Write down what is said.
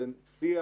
זה שיח.